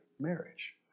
marriage